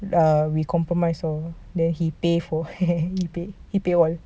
so err we compromise so then he pay for hair he pay all